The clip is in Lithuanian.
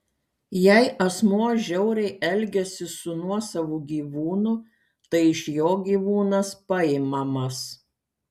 jei asmuo žiauriai elgiasi su nuosavu gyvūnu tai iš jo gyvūnas paimamas